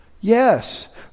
yes